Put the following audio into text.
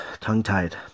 tongue-tied